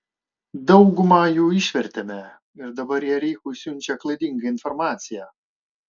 daugumą jų išvertėme ir dabar jie reichui siunčia klaidingą informaciją